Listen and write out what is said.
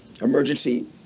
emergency